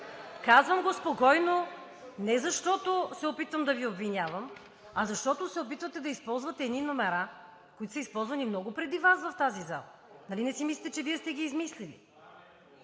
Казвам го спокойно не защото се опитвам да Ви обвинявам, а защото се опитвате да използвате едни номера, които са използвани много преди Вас в тази зала. Нали не си мислите, че Вие сте ги измислили?